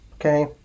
Okay